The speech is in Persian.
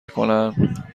کنن